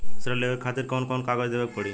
ऋण लेवे के खातिर कौन कोन कागज देवे के पढ़ही?